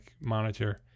monitor